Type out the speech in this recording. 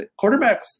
quarterbacks